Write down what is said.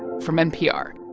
from npr